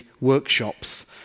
workshops